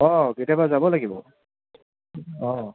অঁ কেতিয়াবা যাব লাগিব অঁ